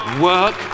Work